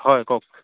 হয় কওক